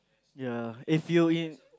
ya if you in